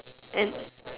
and